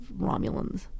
Romulans